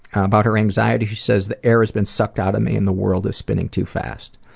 about her anxiety she says the air has been sucked out of me and the world is spinning too fast.